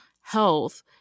health